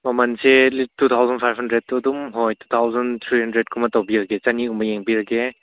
ꯃꯃꯜꯁꯦ two thousand five ꯍꯟꯗ꯭ꯔꯦꯗꯇꯨ ꯑꯗꯨꯝ ꯑꯣꯏ ꯇꯨ ꯊꯥꯎꯖꯟ ꯊ꯭ꯔꯤ ꯍꯟꯗ꯭ꯔꯦꯗꯒꯨꯝꯕ ꯇꯧꯕꯤꯔꯒꯦ ꯆꯥꯅꯤꯒꯨꯝꯕ ꯌꯦꯡꯕꯤꯔꯒꯦ